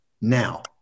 now